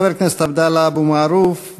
חבר הכנסת עבדאללה אבו מערוף,